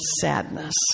sadness